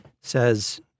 says